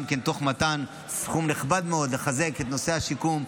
תוך מתן סכום נכבד מאוד לחזק את נושא השיקום.